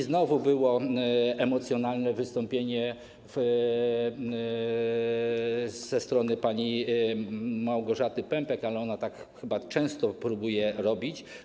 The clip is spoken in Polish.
Znowu było emocjonalne wystąpienie pani Małgorzaty Pępek, ale ona tak chyba często próbuje robić.